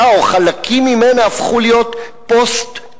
או חלקים ממנה הפכו להיות פוסט-ציוניים.